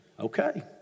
okay